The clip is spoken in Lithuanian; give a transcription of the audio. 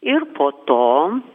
ir po to